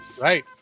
Right